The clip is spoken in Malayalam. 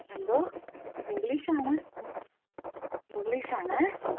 എന്തോ ഇംഗ്ലീഷ് ആണ് ഉം ഇംഗ്ലീഷ് ആണ്